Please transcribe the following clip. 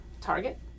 Target